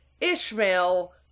Ishmael